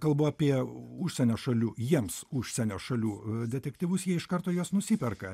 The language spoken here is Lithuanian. kalbu apie užsienio šalių jiems užsienio šalių detektyvus jie iš karto juos nusiperka